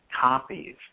copies